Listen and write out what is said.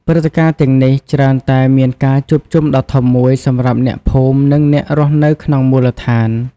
ព្រឹត្តិការណ៍ទាំងនេះច្រើនតែមានការជួបជុំដ៏ធំមួយសម្រាប់អ្នកភូមិ និងអ្នករស់នៅក្នុងមូលដ្ឋាន។